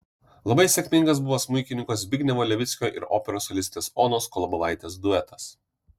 labai sėkmingas buvo smuikininko zbignevo levickio ir operos solistės onos kolobovaitės duetas